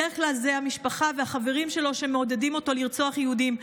בדרך כלל אלה המשפחה והחברים שלו שמעודדים אותו לרצוח יהודים.